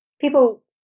people